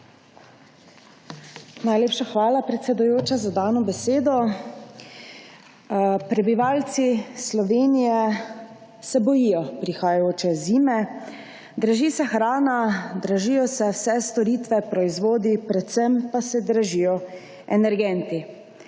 Najlepša hvala, predsedujoča, za besedo. Prebivalci Slovenije se bojijo prihajajoče zime. Draži se hrana, dražijo se vse storitve, proizvodi, predvsem pa se dražijo energenti.